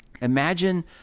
Imagine